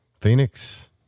Phoenix